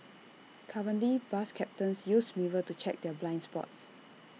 currently bus captains use mirrors to check their blind spots